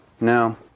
No